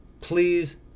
please